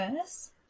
verse